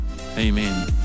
amen